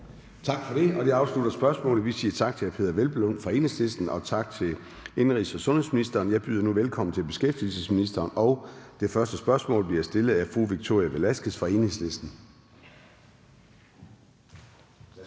Tak for det. Det afslutter spørgsmålet. Vi siger tak til hr. Peder Hvelplund fra Enhedslisten og tak til indenrigs- og sundhedsministeren. Jeg byder nu velkommen til beskæftigelsesministeren, og det første spørgsmål til hende bliver stillet af fru Victoria Velasquez fra Enhedslisten.